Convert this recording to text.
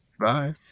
Bye